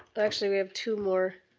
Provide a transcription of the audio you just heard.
but actually, we have two more.